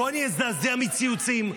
בואו אני אזדעזע מציוצים,